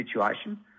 situation